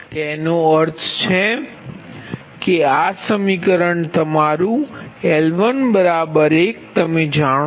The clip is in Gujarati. તેનો અર્થ એ કે આ સમીકરણ તમારું L11 તમે જાણો છો